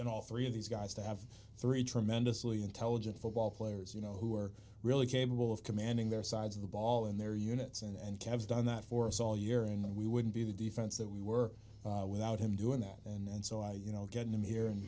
in all three of these guys to have three tremendously intelligent football players you know who are really capable of commanding their sides of the ball in their units and cavs done that for us all year and we wouldn't be the defense that we were without him doing that and so i you know get him here